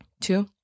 Two